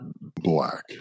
Black